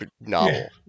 novel